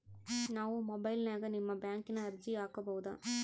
ನಾವು ಮೊಬೈಲಿನ್ಯಾಗ ನಿಮ್ಮ ಬ್ಯಾಂಕಿನ ಅರ್ಜಿ ಹಾಕೊಬಹುದಾ?